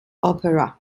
opera